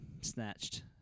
snatched